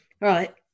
right